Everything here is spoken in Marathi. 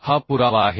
हा पुरावा आहे